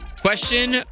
Question